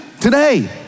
today